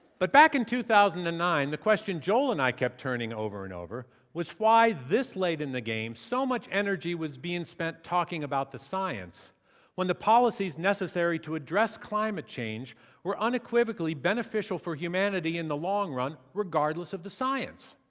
but back in two thousand and nine, the question joel and i kept turning over and over was why this late in the game so much energy was being spent talking about the science when the policies necessary to address climate change were unequivocally beneficial for humanity in the long run regardless of the science.